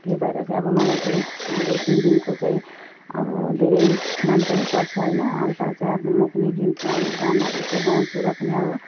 त्यही भएर चाहिँ अब मलाई चाहिँ अब सिङ्गिङको चाहिँ अब धेरै मन पनि पर्छ होइन हल्का चाहिँ अब म पनि गीत अब गानाहरू चाहिँ गाउँछु र पनि अब